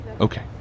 okay